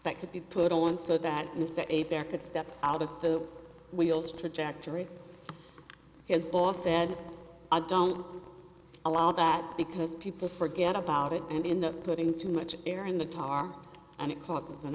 that could be put on so that mr a bear could step out of the wheels trajectory his boss said i don't allow that because people forget about it and in the putting too much air in the tar and it causes an